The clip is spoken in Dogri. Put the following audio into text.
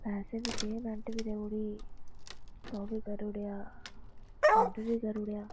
पैसे बी पेमेंट बी देई ओड़ी ओह् बी करी ओड़ेआ आर्डर बी करी ओड़ेआ